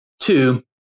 two